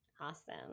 Awesome